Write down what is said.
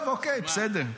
טוב, אוקיי, בסדר.